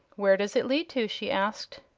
where does it lead to? she asked.